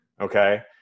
okay